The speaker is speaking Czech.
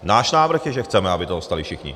Náš návrh je, že chceme, aby to dostali všichni.